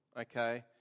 Okay